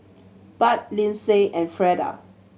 Budd Lynsey and Freda